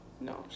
No